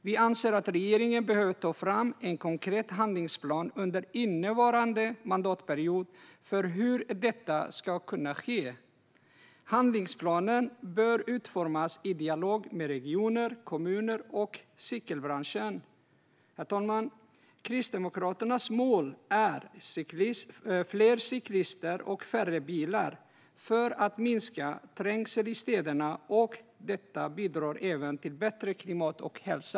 Vi anser att regeringen behöver ta fram en konkret handlingsplan under innevarande mandatperiod för hur detta ska kunna ske. Handlingsplanen bör utformas i dialog med regioner, kommuner och cykelbranschen. Herr talman! Kristdemokraternas mål är fler cyklister och färre bilar för att minska trängseln i städerna. Detta bidrar även till bättre klimat och hälsa.